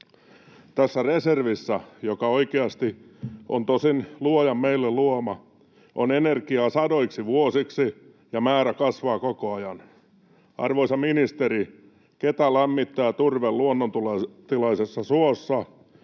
Tässä reservissä, joka oikeasti on Luojan meille luoma, on energiaa sadoiksi vuosiksi, ja määrä kasvaa koko ajan. Arvoisa ministeri! Ketä lämmittää turve luonnontilaisessa suossa?